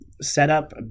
setup